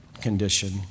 condition